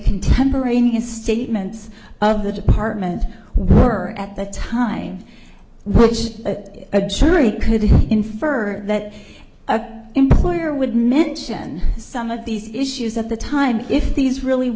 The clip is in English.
contemporaneous statements of the department were at the time which a jury could infer that employer would mention some of these issues at the time if these really